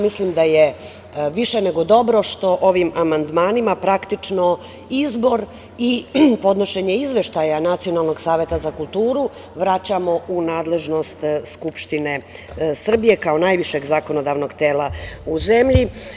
Mislim da je više nego dobro što ovim amandmanima praktično izbor i podnošenje izveštaja Nacionalnog saveta za kulturu vraćamo u nadležnost Skupštine Srbije, kao najvišeg zakonodavnog tela u zemlji.